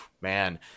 Man